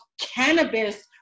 Cannabis